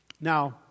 now